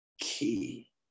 key